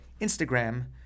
Instagram